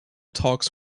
talks